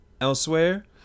elsewhere